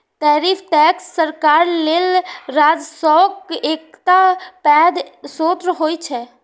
tariff tax सरकार लेल राजस्वक एकटा पैघ स्रोत होइ छै